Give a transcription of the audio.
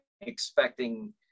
expecting